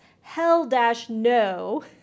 hell-no